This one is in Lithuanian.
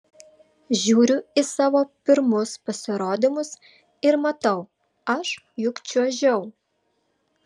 žiūriu į savo pirmus pasirodymus ir matau aš juk čiuožiau